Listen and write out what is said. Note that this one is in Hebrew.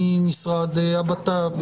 ממשרד הבט"פ,